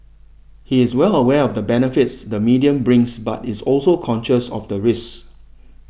he is well aware of the benefits the medium brings but is also conscious of the risks